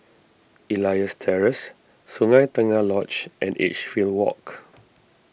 Elias Terrace Sungei Tengah Lodge and Edgefield Walk